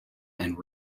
and